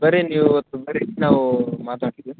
ಬನ್ರಿ ನೀವು ಇವತ್ತು ಬನ್ರಿ ನಾವು ಮಾತಾಡ್ತೀವಿ